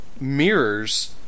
mirrors